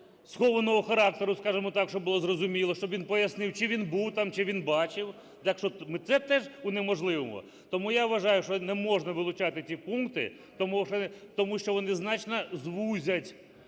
схованого характеру, скажемо так, щоб було зрозуміло, щоб він пояснив, чи він був там, чи він бачив. Так що, ми це теж унеможливимо? Тому я вважаю, що не можна вилучати ті пункти, тому що вони значно звузять,